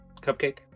Cupcake